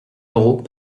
euros